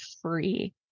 free